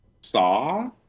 saw